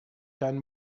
deinen